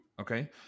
Okay